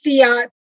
Fiat